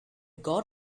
god